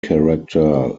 character